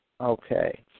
Okay